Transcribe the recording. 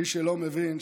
מי שלא מבין,